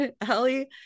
allie